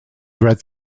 read